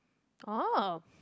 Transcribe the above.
oh